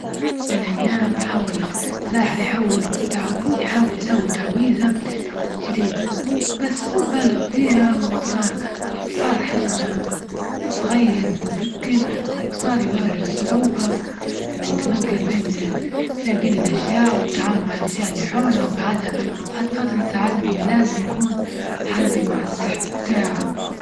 الأيام حول ساحر يحول، يحاول يسوي تعويزة جديدة، بس بلغ فيها وما صار- وصار حجمه صغير بكل، وصار يواجه صعوبة في إنه يتنجل بين فين، بين الأشياء، والتعامل مع الأشياء إللي حوله وبهذا وبعد فترة تعلم أنه لازم يكون حذر مع السحر بتاعه.